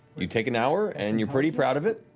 you take an hour and you're pretty proud of it.